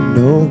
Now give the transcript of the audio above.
no